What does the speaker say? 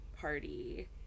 party